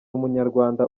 umunyarwanda